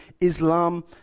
Islam